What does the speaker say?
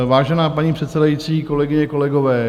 Vážená paní předsedající, kolegyně, kolegové.